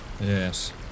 Yes